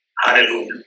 Hallelujah